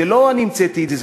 לא אני המצאתי את זה,